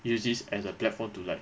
use this as a platform to like